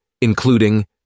including